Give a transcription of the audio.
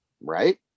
Right